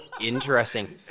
interesting